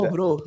Bro